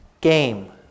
game